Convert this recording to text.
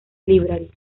library